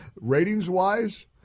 ratings-wise